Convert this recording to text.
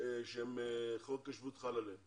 יהודים שחוק השבות חל עליהם.